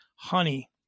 Honey